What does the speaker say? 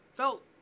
Felt